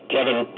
Kevin